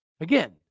Again